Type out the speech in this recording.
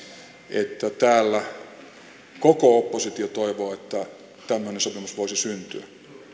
että täällä koko oppositio toivoo että tämmöinen sopimus voisi syntyä